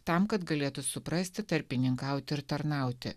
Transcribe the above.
tam kad galėtų suprasti tarpininkauti ir tarnauti